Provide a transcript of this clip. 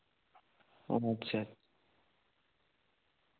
ᱟᱪᱪᱷᱟ